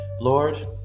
Lord